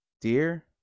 dear